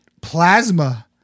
plasma